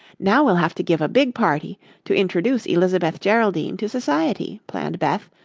now we'll have to give a big party to introduce elizabeth geraldine to society, planned beth.